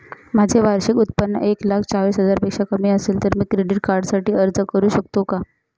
माझे वार्षिक उत्त्पन्न एक लाख चाळीस हजार पेक्षा कमी असेल तर मी क्रेडिट कार्डसाठी अर्ज करु शकतो का?